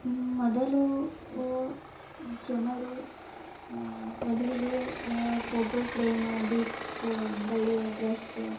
ಮೊದಲು ಜನರು ವಧುವಿಗೆ ಫೋಟೋ ಫ್ರೇಮ ಗಿಫ್ಟ್ಸು ಬಳೆ ಡ್ರೆಸ್ಸು